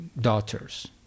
daughters